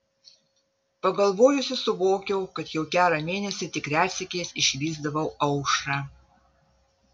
pagalvojusi suvokiau kad jau gerą mėnesį tik retsykiais išvysdavau aušrą